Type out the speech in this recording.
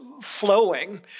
flowing